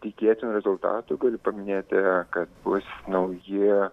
tikėtinų rezultatų galiu paminėti kad bus nauji